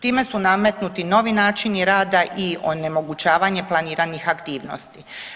Time su nametnuti novi načini rada i onemogućavanje planiranih aktivnosti.